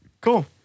Cool